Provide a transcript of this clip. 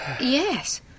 yes